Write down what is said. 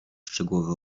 szczegółowe